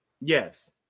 Yes